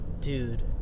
dude